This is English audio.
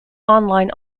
online